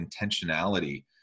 intentionality